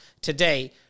today